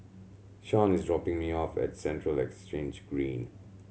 Shawn is dropping me off at Central Exchange Green